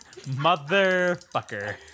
Motherfucker